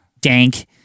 dank